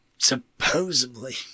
supposedly